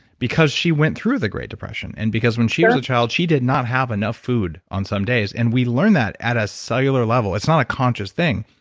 because she went through the great depression. and because when she was a child, she did not have enough food on some days. and we learn that at a cellular level. it's not a conscious thing.